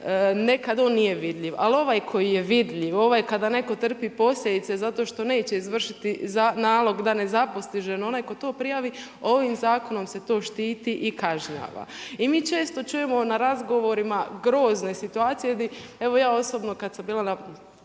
nekada on nije vidljiv. Ali ovaj koji je vidljiv, ovaj kada netko trpi posljedice zato što neće izvršiti nalog da nezaposli ženu, onaj tko to prijavi ovim zakonom se to štiti i kažnjava. I mi često čujemo na razgovorima grozne situacije gdje, evo ja osobno kada sam bila na